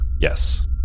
Yes